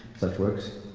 if that works.